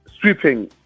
sweeping